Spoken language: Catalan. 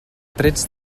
trets